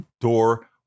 door